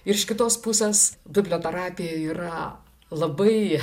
ir iš kitos pusės biblioterapija yra labai